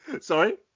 sorry